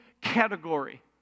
category